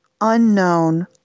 unknown